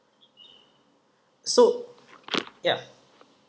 so ya